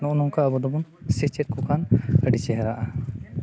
ᱱᱚᱜᱼᱚ ᱱᱚᱝᱠᱟ ᱟᱵᱚ ᱫᱚᱵᱚᱱ ᱥᱮᱪᱮᱫ ᱠᱚ ᱠᱷᱟᱱ ᱟᱹᱰᱤ ᱪᱮᱦᱨᱟᱜᱼᱟ